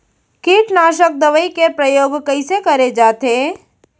कीटनाशक दवई के प्रयोग कइसे करे जाथे?